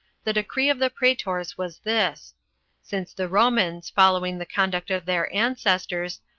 the decree of the praetors was this since the romans, following the conduct of their ancestors,